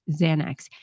Xanax